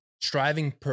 striving